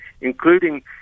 including